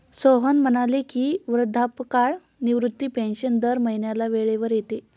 सोहन म्हणाले की, वृद्धापकाळ निवृत्ती पेन्शन दर महिन्याला वेळेवर येते